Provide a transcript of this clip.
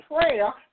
prayer